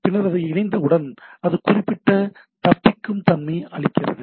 பின்னர் அது இணைக்கப்பட்டவுடன் அது குறிப்பிட்ட தப்பிக்கும் தன்மையை அளிக்கிறது